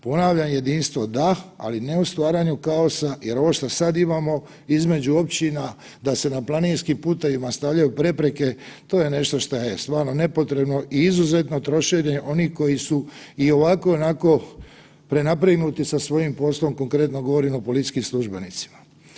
Ponavljam, jedinstvo da, ali ne u stvaranju kaosa jer ovo što sada imamo između općina da se na planinskim putevima stvaraju prepreke to je nešto šta je stvarno nepotrebno i izuzetno trošenje onih koji su i ovako i onako prenapregnuti sa svojim poslom, konkretno govorim o policijskim službenicima.